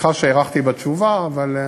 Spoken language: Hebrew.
סליחה שהארכתי בתשובה, אבל,